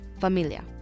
familia